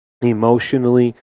Emotionally